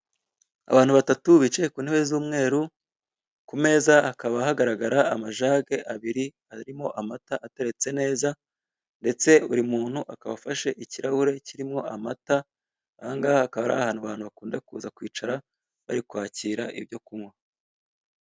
Abantu batatu bicaye ku ntebe z'umweru ku meza hakaba hagaragara amajage abiri arimo amata ateretse neza ndetse buri muntu akaba afashe ikirahure kirimo amata ahangaha hakaba ari ahantu abantu bakunda kuza kwicara bari kwakira ibyo kunywa.